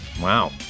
Wow